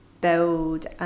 build